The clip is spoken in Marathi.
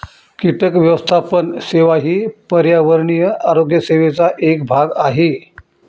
कीटक व्यवस्थापन सेवा ही पर्यावरणीय आरोग्य सेवेचा एक भाग आहे